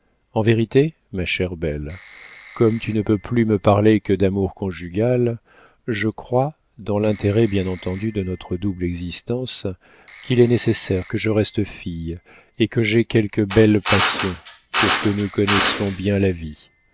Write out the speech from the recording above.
en vérité ma chère belle comme tu ne peux plus me parler que d'amour conjugal je crois dans l'intérêt bien entendu de notre double existence qu'il est nécessaire que je reste fille et que j'aie quelque belle passion pour que nous connaissions bien la vie